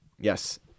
Yes